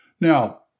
Now